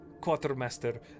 Quartermaster